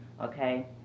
okay